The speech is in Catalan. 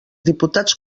diputats